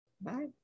Bye